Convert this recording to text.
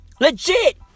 Legit